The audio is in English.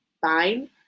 fine